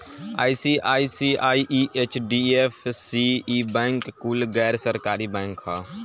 ICICI, HDFC, ई bank कुल गैर सरकारी बैंक ह